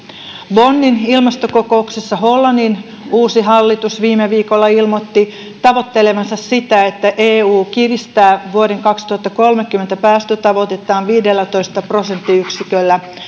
bonnin ilmastokokouksessa hollannin uusi hallitus viime viikolla ilmoitti tavoittelevansa sitä että eu kiristää vuoden kaksituhattakolmekymmentä päästötavoitettaan viidellätoista prosenttiyksiköllä